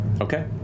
Okay